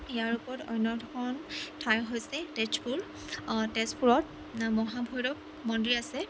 ইয়াৰ ওপৰত অন্য এখন ঠাই হৈছে তেজপুৰ তেজপুৰত মহাভৈৰৱ মন্দিৰ আছে